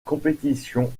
compétition